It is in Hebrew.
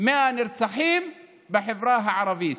100 נרצחים בחברה הערבית,